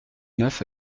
neuf